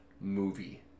movie